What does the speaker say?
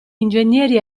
ingegneri